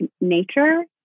nature